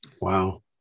Wow